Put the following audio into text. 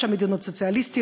יש שם מדינות סוציאליסטיות,